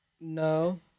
No